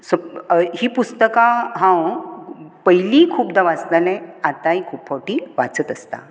सगळी ही पुस्तकां हांव पयली खुबदां वाचतालें आताय खूब फावटी वाचत आसता